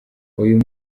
uyu